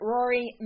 Rory